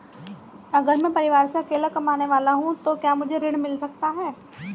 अगर मैं परिवार में अकेला कमाने वाला हूँ तो क्या मुझे ऋण मिल सकता है?